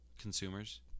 consumers